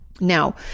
Now